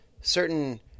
certain